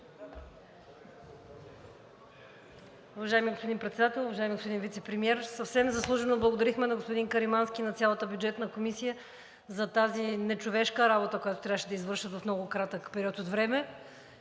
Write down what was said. Уважаеми господин Председател, уважаеми господин Вицепремиер! Съвсем заслужено благодарихме на господин Каримански и на цялата Бюджетна комисия за тази нечовешка работа, която трябваше да извършат в много кратък период от време.